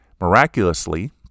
Miraculously